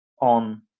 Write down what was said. on